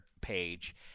page